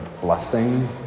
blessing